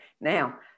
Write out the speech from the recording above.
now